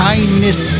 Kindness